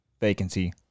vacancy